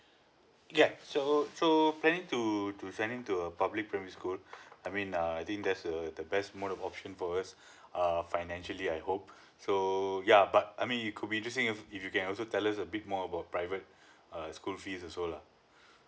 yup so so planning to to send him to a public primary school I mean uh I think that's the the best mode of option for us err financially I hope so yeah but I mean it could be interesting if if you can also tells a bit more about private uh school fees also lah